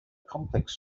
complex